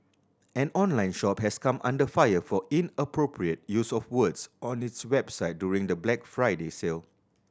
an online shop has come under fire for inappropriate use of words on its website during the Black Friday sale